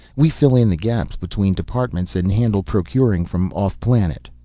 we fill in the gaps between departments and handle procuring from off-planet.